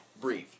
breathe